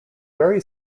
very